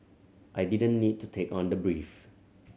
I didn't need to take on the brief